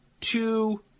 two